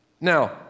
Now